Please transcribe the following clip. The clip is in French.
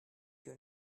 que